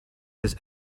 his